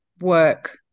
work